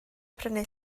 prynu